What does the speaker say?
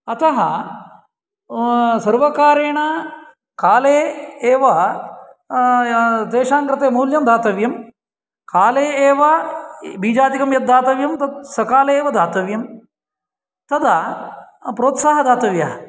अतः सर्वकारेण काले एव तेषां कृते मूल्यं दातव्यं काले एव बीजादिकं यत् दातव्यं तत् सकाले एव दातव्यं तदा प्रोत्साहः दातव्यः